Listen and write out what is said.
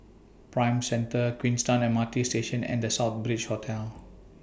Prime Centre Queenstown M R T Station and The Southbridge Hotel